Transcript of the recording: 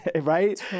right